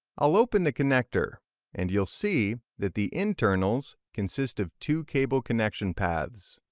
i'll open the connector and you will see that the internals consist of two cable connection paths.